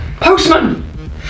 postman